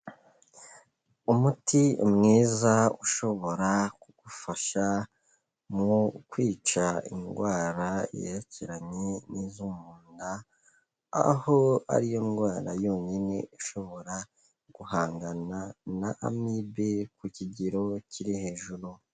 Umuti mwiza ushobora kugufasha mu kwica indwara yerekeranye n'izo mu nda, aho ari yo ndwara yonyine ishobora guhangana n'amibe ku kigero kiri hejuru.